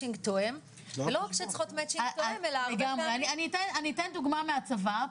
תואם --- אני אתן דוגמא מהצבא,